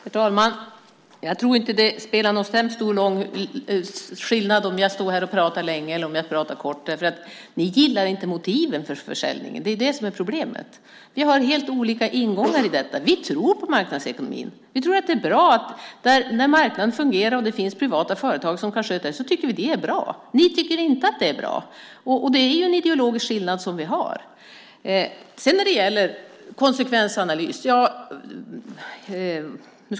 Herr talman! Jag tror inte att det är så hemskt stor skillnad om jag står här och pratar länge eller om jag pratar en kort stund. Ni gillar inte motiven för försäljningen. Det är det som är problemet. Vi har helt olika ingångar i detta sammanhang. Vi tror på marknadsekonomin. Vi tror att det är bra när marknaden fungerar och det finns privata företag som kan sköta verksamheten. Det tycker vi är bra. Ni tycker inte att det är bra. Det finns en ideologisk skillnad mellan oss. Sedan gäller det detta med en konsekvensanalys.